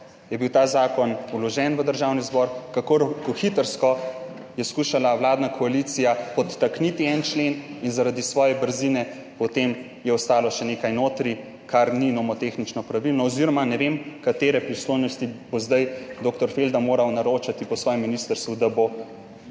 je bil ta zakon vložen v Državni zbor, kako rokohitrsko je skušala vladna koalicija podtakniti en člen in zaradi njihove brzine je potem ostalo še nekaj notri, kar ni nomotehnično pravilno oziroma ne vem, katere pristojnosti bo zdaj dr. Felda moral naročiti po svojem ministrstvu, da bo